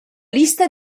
lista